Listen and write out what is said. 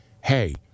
hey